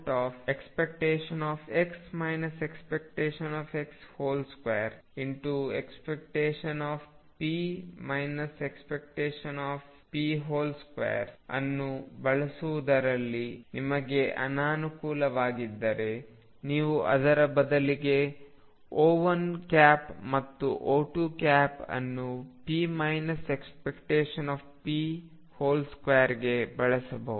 ⟨x ⟨x⟩p ⟨p⟩⟩⟨x ⟨x⟩2⟩ ⟨p ⟨p⟩2⟩ ಅನ್ನು ಬಳಸುವುದರಲ್ಲಿ ನಿಮಗೆ ಅನಾನುಕೂಲವಾಗಿದ್ದರೆ ನೀವು ಅದರ ಬದಲಿಗೆ O1 ಮತ್ತು O2ಅನ್ನು p ⟨p⟩2 ಗೆ ಬಳಸಬಹುದು